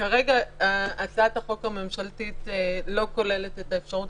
כרגע הצעת החוק הממשלתית לא כוללת את האפשרות